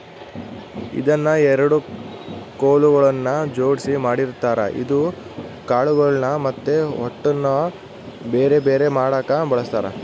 ಇದನ್ನ ಎರಡು ಕೊಲುಗಳ್ನ ಜೊಡ್ಸಿ ಮಾಡಿರ್ತಾರ ಇದು ಕಾಳುಗಳ್ನ ಮತ್ತೆ ಹೊಟ್ಟುನ ಬೆರೆ ಬೆರೆ ಮಾಡಕ ಬಳಸ್ತಾರ